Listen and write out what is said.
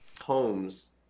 homes